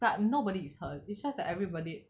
but nobody is hurt it's just that everybody